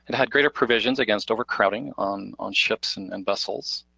and had greater provisions against over crowding on on ships and and vessels,